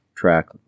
track